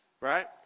Right